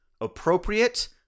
appropriate